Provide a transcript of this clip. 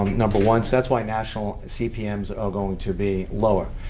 um number one. so that's why national cpms are going to be lower.